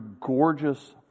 gorgeous